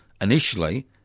initially